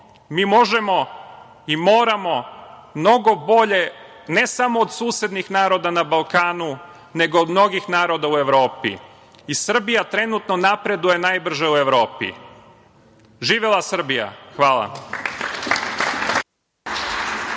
mi možemo i moramo mnogo bolje, ne samo od susednih naroda na Balkanu, nego od mnogih naroda u Evropi. Srbija trenutno napreduje najbrže u Evropi. Živela Srbija. Hvala.